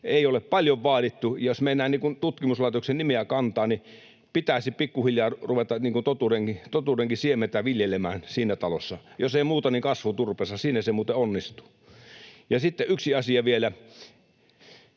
Ei ole paljon vaadittu. Jos meinaa tutkimuslaitoksen nimeä kantaa, niin pitäisi pikkuhiljaa ruveta totuudenkin siementä viljelemään siinä talossa — jos ei muuten, niin kasvuturpeessa. Siinä se muuten onnistuu. Ja sitten yksi asia vielä: